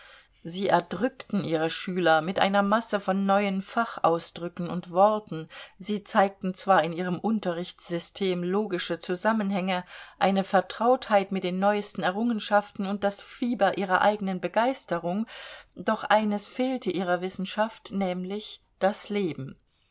sie erdrückten ihre schüler mit einer masse von neuen fachausdrücken und worten sie zeigten zwar in ihrem unterrichtssystem logische zusammenhänge eine vertrautheit mit den neuesten errungenschaften und das fieber ihrer eigenen begeisterung doch eines fehlte ihrer wissenschaft nämlich das leben